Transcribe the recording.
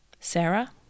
Sarah